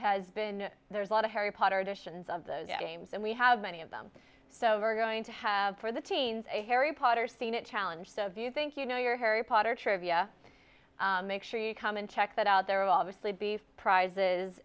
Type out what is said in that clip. has been there's a lot of harry potter editions of those games and we have many of them so we're going to have for the teens a harry potter scene it challenges of you think you know your harry potter trivia make sure you come and check that out there obviously beef prizes